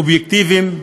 אובייקטיביים,